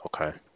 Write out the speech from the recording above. Okay